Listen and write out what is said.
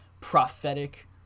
prophetic